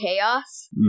chaos